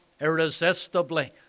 irresistibly